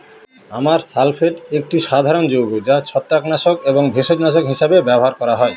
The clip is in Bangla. তামার সালফেট একটি সাধারণ যৌগ যা ছত্রাকনাশক এবং ভেষজনাশক হিসাবে ব্যবহার করা হয়